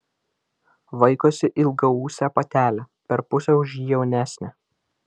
vaikosi ilgaūsę patelę per pusę už jį jaunesnę